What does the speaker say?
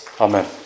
Amen